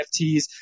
NFTs